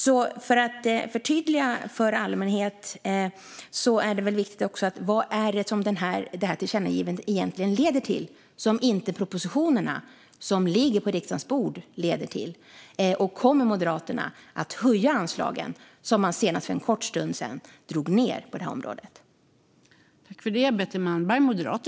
Så för att förtydliga för allmänheten är det viktigt att svara på vad detta förslag till tillkännagivande egentligen leder till och som inte propositionerna som ligger på riksdagens bord leder till. Kommer Moderaterna att höja de anslag som de senast för en kort sedan drog ned på detta område?